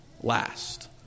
last